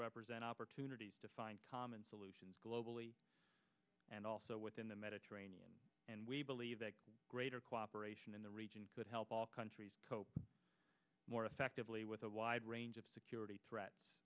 represent opportunities to find common solutions globally and also within the mediterranean and we believe that greater cooperation in the region could help all countries cope more effectively with a wide range of security threat